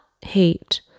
hate